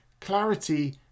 Clarity